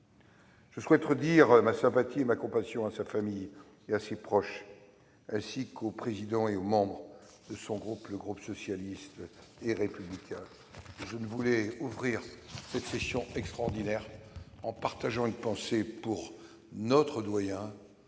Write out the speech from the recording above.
Je souhaite redire ma sympathie et ma compassion à sa famille et à ses proches, ainsi qu'au président et aux membres de son groupe, le groupe socialiste et républicain. Je voulais ouvrir cette session extraordinaire en partageant une pensée pour notre doyen